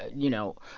you know,